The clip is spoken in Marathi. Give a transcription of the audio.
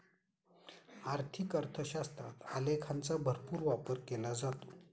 आर्थिक अर्थशास्त्रात आलेखांचा भरपूर वापर केला जातो